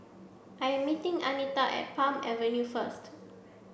I am meeting Anitra at Palm Avenue first